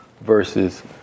versus